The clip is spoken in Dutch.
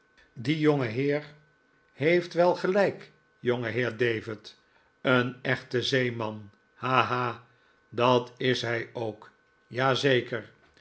die jongeheer heeft wel gelijk jongeheer david een echte zeeman ha ha dat is hij ook